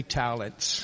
talents